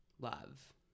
Love